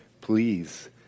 please